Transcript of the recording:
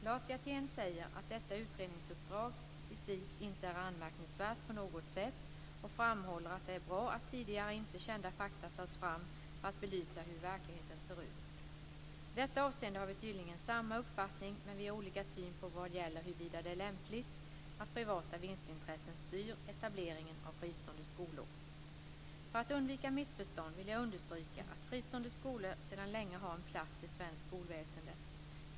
Lars Hjertén säger att detta utredningsuppdrag i sig inte är anmärkningsvärt på något sätt och framhåller att det är bra att tidigare inte kända fakta tas fram för att belysa hur verkligheten ser ut. I detta avseende har vi tydligen samma uppfattning, men vi har olika syn vad gäller huruvida det är lämpligt att privata vinstintressen styr etableringen av fristående skolor. För att undvika missförstånd vill jag understryka att fristående skolor sedan länge har en plats i svenskt skolväsende.